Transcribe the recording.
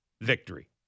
victory